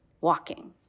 walking